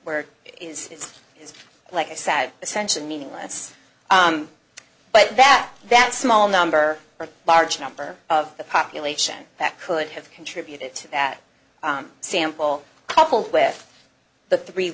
where is is like i said essentially meaningless but that that small number or barge number of the population that could have contributed to that sample coupled with the three